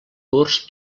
curs